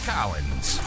Collins